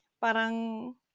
Parang